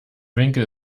winkel